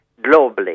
globally